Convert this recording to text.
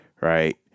right